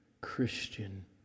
Christian